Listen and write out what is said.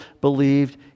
believed